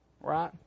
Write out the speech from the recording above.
Right